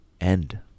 end